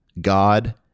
God